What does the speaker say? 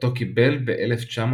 אותו קיבל ב-1989.